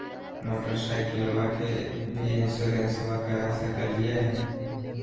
मोटरसाइकिलबा के भी इंसोरेंसबा करा सकलीय है?